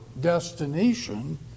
destination